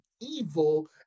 evil